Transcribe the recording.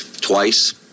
twice